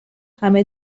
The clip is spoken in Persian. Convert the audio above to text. همه